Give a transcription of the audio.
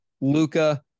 Luca